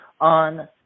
on